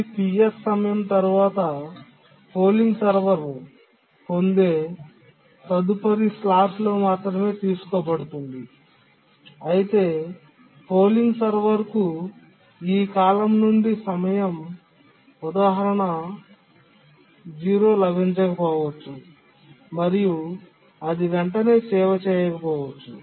ఇది PS సమయం తర్వాత పోలింగ్ సర్వర్ పొందే తదుపరి స్లాట్లో మాత్రమే తీసుకోబడుతుంది అయితే పోలింగ్ సర్వర్కు ఈ కాలం నుండి సమయం ఉదాహరణ 0 లభించకపోవచ్చు మరియు అది వెంటనే సేవ చేయకపోవచ్చు